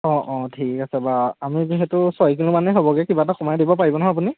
অঁ অঁ ঠিক আছে বাৰু আমি যিহেতু ছয় কিলোমানেই হ'বগৈ কিবা এটা কমাই দিব পাৰিব নহয় আপুনি